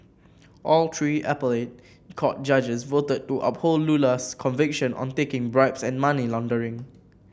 all three appellate court judges voted to uphold Lula's conviction on taking bribes and money laundering